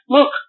Look